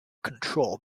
control